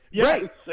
Right